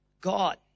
God